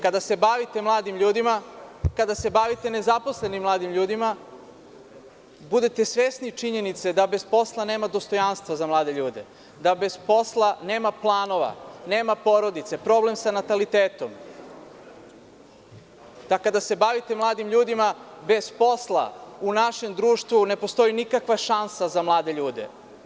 Kada se bavite mladim ljudima, kada se bavite nezaposlenim mladim ljudima, budete svesni činjenice da bez posla nema dostojanstva za mlade ljude, da bez posla nema planova, nema porodice, problem sa natalitetom, da kada se bavite mladim ljudima bez posla u našem društvu ne postoji nikakva šansa za mlade ljude.